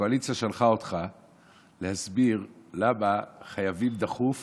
הקואליציה שלחה אותך להסביר למה חייבים דחוף